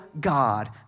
God